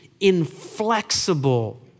inflexible